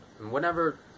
whenever